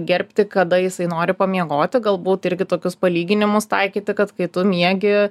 gerbti kada jisai nori pamiegoti galbūt irgi tokius palyginimus taikyti kad kai tu miegi